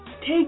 take